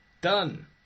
Done